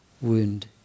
wound